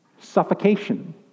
Suffocation